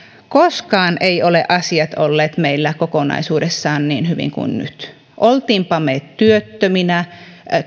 koskaan eivät ole asiat olleet meillä kokonaisuudessaan niin hyvin kuin nyt olimmepa me työttöminä